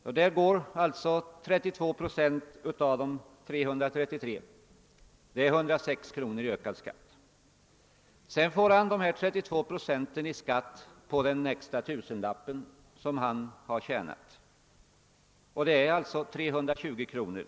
Därigenom går alltså bort 32 procent av de 333 kronorna. Det blir 106 kr. i skatt. Vidare blir det 32 procent i skatt på den extra tusenlapp som familjen har tjänat, det blir alltså 320 kr.